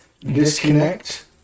disconnect